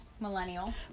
Millennial